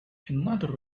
another